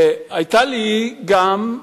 היתה לי גם,